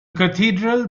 cathedral